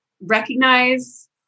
recognize